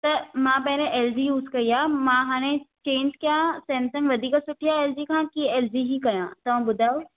त मां पहिरें एल जी यूज़ कई आहे मां हाणे चेंज कयां सेमसंग वधीक सुठी आहे एल जी खां की एल जी ई कयां तव्हां ॿुधायो